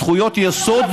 זכויות יסוד,